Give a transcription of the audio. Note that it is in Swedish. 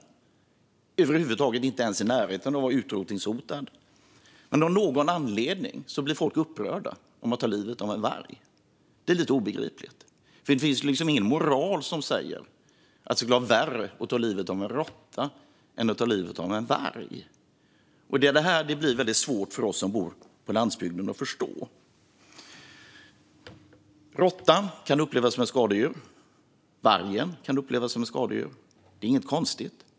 Den är ett djur som över huvud taget inte ens är i närheten av att vara utrotningshotat, men av någon anledning blir folk upprörda om man tar livet av en varg. Det är lite obegripligt, för det finns ju ingen moral som säger att det skulle vara värre att ta livet av en råtta än att ta livet av en varg. Det är här det blir svårt för oss som bor på landsbygden att förstå. Råttan kan upplevas som ett skadedjur, och vargen kan upplevas som ett skadedjur. Det är inget konstigt.